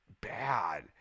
bad